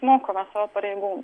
mokome savo pareigų